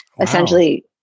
essentially-